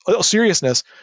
seriousness